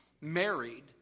married